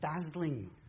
dazzling